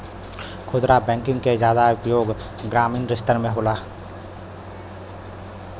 खुदरा बैंकिंग के जादा उपयोग ग्रामीन स्तर पे होला